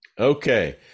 Okay